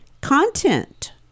content